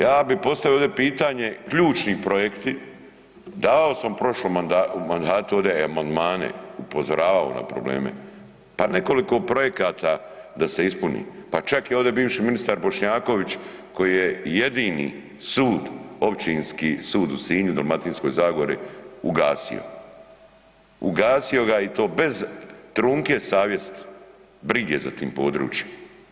Ja bi postavio ovdje pitanje, ključni projekti, dao sam u prošlom mandatu, u mandatu ovde i amandmane, upozoravao na probleme, pa nekoliko projekta da se ispuni, pa čak je ovdje bivši ministar Bošnjaković koji je jedini sud, Općinski sud u Sinju i Dalmatinskoj zagori ugasio, ugasio ga i to bez trunke savjesti, brige za tim područjem.